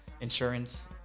insurance